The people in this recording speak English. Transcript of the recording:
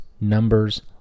numbers